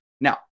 now